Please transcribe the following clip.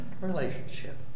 relationship